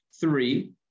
Three